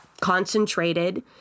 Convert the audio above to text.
concentrated